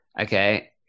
Okay